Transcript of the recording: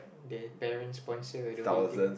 their parents sponsor the whole thing